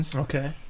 Okay